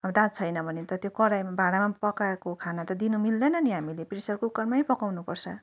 अब दाँत छैन भने त त्यो कराहीमा भाँडामा पकाएको खाना त दिनु मिल्दैन नि हामीले प्रेसर कुकरमै पकाउनुपर्छ